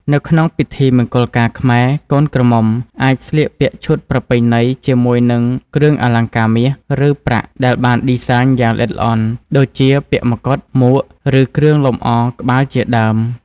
នៅក្នុងពិធីមង្គលការខ្មែរ កូនក្រមុំអាចស្លៀកពាក់ឈុតប្រពៃណីជាមួយនឹងគ្រឿងអលង្ការមាស ឬ ប្រាក់ដែលបានឌីហ្សាញយ៉ាងល្អិតល្អន់ ដូចជាពាក់មកុដ មួក ឬ គ្រឿងលម្អក្បាលជាដើម។